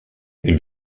une